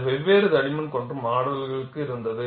அது வெவ்வேறு தடிமன் கொண்ட மாடல்களுக்கு இருந்தது